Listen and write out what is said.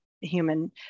human